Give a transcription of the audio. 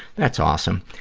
that's awesome!